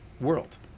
world